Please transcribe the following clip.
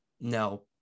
no